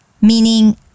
meaning